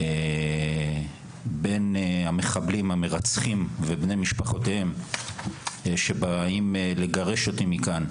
בין המחבלים המרצחים ובני משפחותיהם שבאים לגרש אותי מכאן,